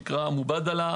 מובאדללה.